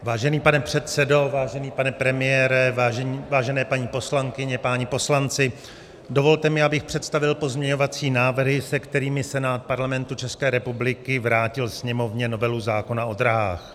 Vážený pane předsedo, vážený pane premiére, vážené paní poslankyně, páni poslanci, dovolte mi, abych představil pozměňovací návrhy, se kterými Senát Parlamentu České republiky vrátil Sněmovně novelu zákona o dráhách.